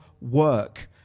work